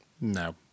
No